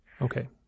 Okay